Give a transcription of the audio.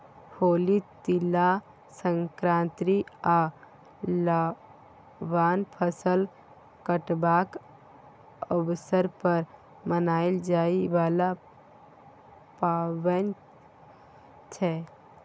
होली, तिला संक्रांति आ लबान फसल कटबाक अबसर पर मनाएल जाइ बला पाबैन छै